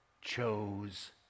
chose